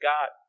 God